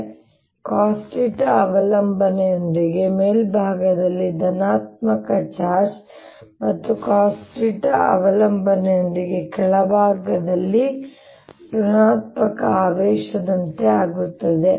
ಆದ್ದರಿಂದ ಇದು cosθ ಅವಲಂಬನೆಯೊಂದಿಗೆ ಮೇಲ್ಭಾಗದಲ್ಲಿ ಧನಾತ್ಮಕ ಚಾರ್ಜ್ ಮತ್ತು cosθ ಅವಲಂಬನೆಯೊಂದಿಗೆ ಕೆಳಭಾಗದಲ್ಲಿ ಋಣಾತ್ಮಕ ಆವೇಶದಂತೆ ಆಗುತ್ತದೆ